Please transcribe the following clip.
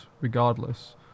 regardless